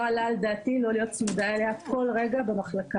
לא עלה על דעתי לא להיות צמודה אליה כל רגע במחלקה,